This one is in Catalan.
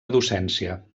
docència